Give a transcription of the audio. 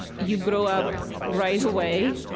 you grow up right away.